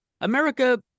America